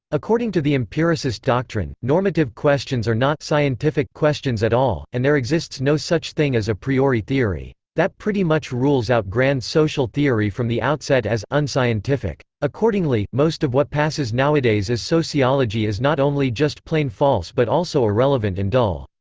according to the empiricist doctrine, normative questions are not scientific questions at all, and there exists no such thing as a priori theory. that pretty much rules out grand social theory from the outset as unscientific. accordingly, most of what passes nowadays as sociology is not only just plain false but also irrelevant and dull.